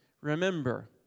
remember